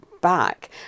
back